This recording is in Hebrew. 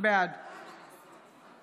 בעד